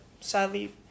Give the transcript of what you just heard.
sadly